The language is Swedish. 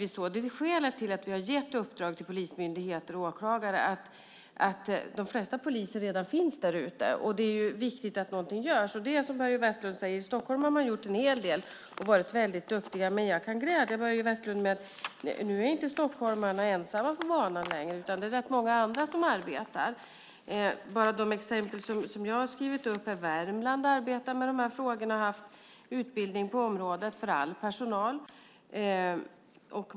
Skälet till att vi har gett uppdrag åt polismyndigheter och åklagare är att de flesta poliser redan finns därute. Det är ju viktigt att någonting görs. Det är som Börje Vestlund säger: I Stockholm har man gjort en hel del och varit duktiga. Jag kan glädja Börje Vestlund med att stockholmarna inte är ensamma på banan längre. Nu är det rätt många andra som arbetar med detta också. Låt mig nämna några exempel som jag har skrivit upp. I Värmland arbetar man med de här frågorna och har haft utbildning för all personal.